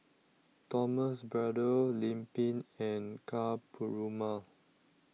Thomas Braddell Lim Pin and Ka Perumal